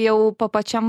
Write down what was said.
jau pa pačiam